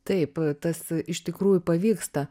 taip tas iš tikrųjų pavyksta